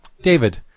David